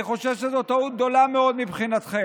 אני חושב שזאת טעות גדולה מאוד מבחינתכם.